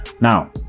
Now